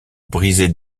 briser